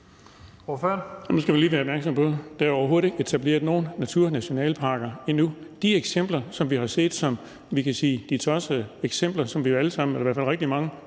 Nu skal man lige være opmærksom på, at der overhovedet ikke er etableret nogen naturnationalparker endnu. De eksempler, som vi har set, de tossede eksempler, som vi jo alle sammen eller i hvert fald rigtig mange